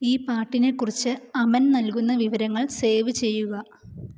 ഈ പാട്ടിനെ കുറിച്ച് അമൻ നൽകുന്ന വിവരങ്ങൾ സേവ് ചെയ്യുക